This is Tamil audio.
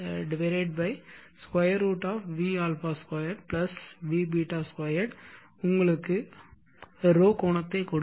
vα √ vα2 vß2 உங்களுக்கு ρ கோணத்தைக் கொடுக்கும்